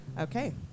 okay